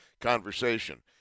conversation